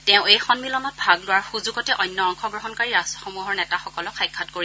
তেওঁ এই সন্মিলনত ভাগ লোৱাৰ সুযোগতে অন্য অংশগ্ৰহণকাৰী ৰট্টসমূহৰ নেতাসকলক সাক্ষাৎ কৰিব